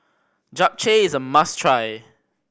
japchae is a must try